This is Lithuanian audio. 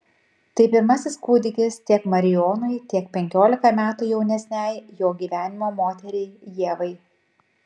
tai pirmasis kūdikis tiek marijonui tiek penkiolika metų jaunesnei jo gyvenimo moteriai ievai